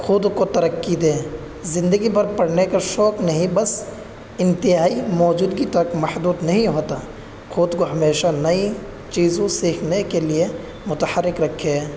خود کو ترقی دیں زندگی بھر پڑھنے کا شوق نہیں بس انتہائی موجودگی تک محدود نہیں ہوتا خود کو ہمیشہ نئی چیزوں سیکھنے کے لیے متحرک رکھیں